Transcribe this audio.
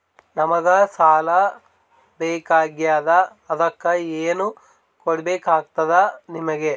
ನಮಗ ಸಾಲ ಬೇಕಾಗ್ಯದ ಅದಕ್ಕ ಏನು ಕೊಡಬೇಕಾಗ್ತದ ನಿಮಗೆ?